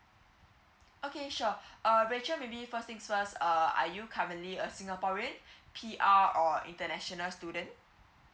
okay sure uh rachel maybe first thing first err are you currently a singaporean P_R or international student